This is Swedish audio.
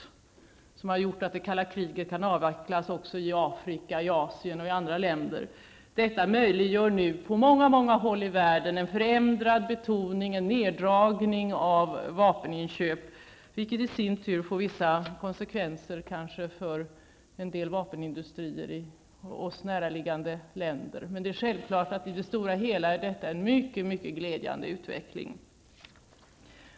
Detta har gjort att det kalla kriget kan avvecklas även i Afrika, i Asien och i andra länder. Detta möjliggör nu en förändrad betoning och en neddragning av vapeninköp på många håll i världen. Detta får kanske i sin tur vissa konsekvenser för en del vapenindustrier i oss näraliggande länder. Det är självklart att detta i det stora hela är en mycket glädjande utveckling.